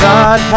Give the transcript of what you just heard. God